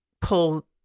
pull